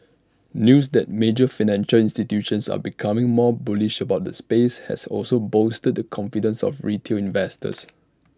news that major financial institutions are becoming more bullish about the space has also bolstered the confidence of retail investors